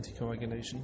anticoagulation